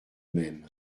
même